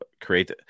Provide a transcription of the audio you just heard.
create